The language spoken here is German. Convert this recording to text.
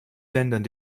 ländern